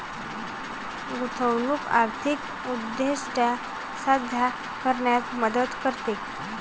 गुंतवणूक आर्थिक उद्दिष्टे साध्य करण्यात मदत करते